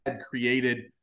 created